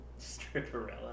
Stripperella